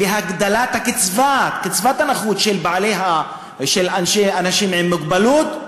הצעת חוק להגדלת קצבת הנכות של אנשים עם מוגבלות,